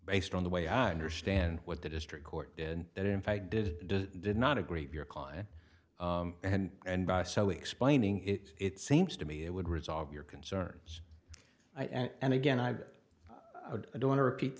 based on the way i understand what the district court that in fact did did not agree with your client and by so explaining it it seems to me it would resolve your concerns and again i do want to repeat